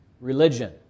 religion